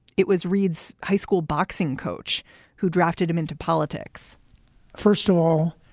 it was reid's high school boxing coach who drafted him into politics first of all,